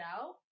out